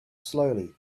slowly